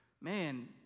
man